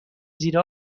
زیر